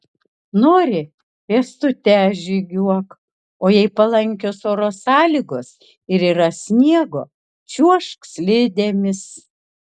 nori pėstute žygiuok o jei palankios oro sąlygos ir yra sniego čiuožk slidėmis